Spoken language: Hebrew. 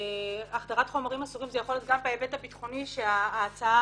החדרת חומרים אסורים זה יכול להיות גם בהיבט הביטחוני שההצעה